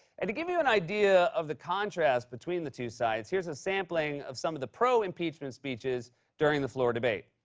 and to give you an idea of the contrast between the two sides, here's a sampling of some of the pro-impeachment speeches during the floor debate.